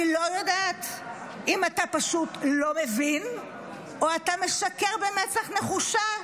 אני לא יודעת אם אתה פשוט לא מבין או אתה משקר במצח נחושה.